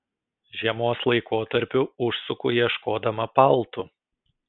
žiemos laikotarpiu užsuku ieškodama paltų